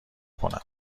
کنم